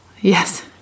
yes